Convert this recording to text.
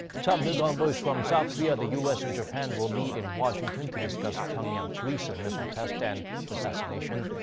top nuke envoys from south korea, the u s. and japan will meet in washington to discuss pyongyang's recent missile test and assassination.